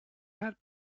had